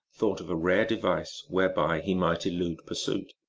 thought of a rare device whereby he might elude pursuit.